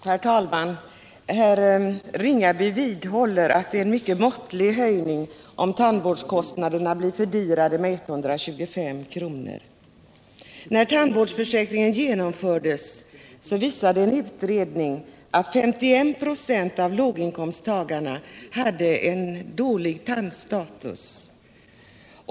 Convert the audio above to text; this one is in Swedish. Herr talman! Herr Ringaby vidhåller att det blir en mycket måttlig höjning om tandvårdskostnaderna blir fördyrade med 125 kr. När tandvårdsförsäkringen genomfördes visade en utredning att 51 96 av låginkomsttagarna hade dålig tandstatus.